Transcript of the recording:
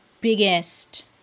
biggest